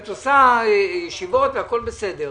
את עושה ישיבות והכול בסדר.